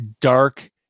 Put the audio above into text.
dark